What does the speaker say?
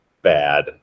bad